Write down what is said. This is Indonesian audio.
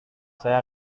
saya